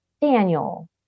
Daniel